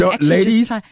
ladies